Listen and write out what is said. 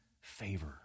favor